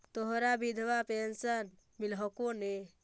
तोहरा वृद्धा पेंशन मिलहको ने?